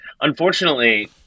unfortunately